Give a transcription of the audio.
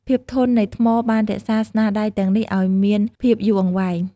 ភាពធន់នៃថ្មបានរក្សាស្នាដៃទាំងនេះឲ្យមានភាពយូរអង្វែង។